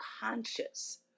conscious